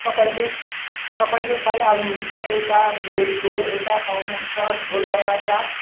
तपाईँले तपाईँले पाइहाल्नु हुन्छ एउटा मुरईको एउटा पाउनु हुन्छ झोल वाला चाट